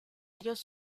ellos